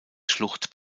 schlucht